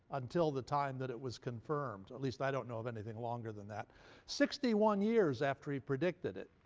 until the time that it was confirmed. or at least i don't know of anything longer than that sixty-one years after he predicted it,